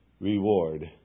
reward